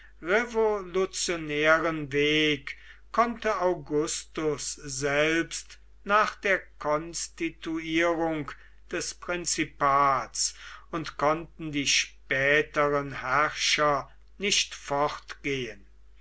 revolutionären weg konnte augustus selbst nach der konstituierung des prinzipats und konnten die späteren herrscher nicht fortgehen